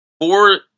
four